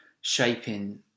shaping